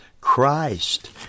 Christ